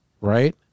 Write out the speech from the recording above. right